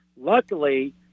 luckily